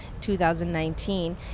2019